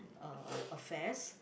affairs